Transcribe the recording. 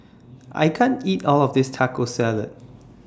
I can't eat All of This Taco Salad